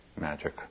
magic